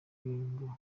ngo